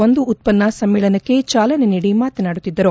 ಒಂದು ಉತ್ವನ್ನ ಸಮ್ಮೇಳನಕ್ಕೆ ಚಾಲನೆ ನೀಡಿ ಮಾತನಾಡುತ್ತಿದ್ದರು